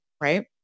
Right